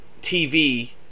TV